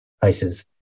places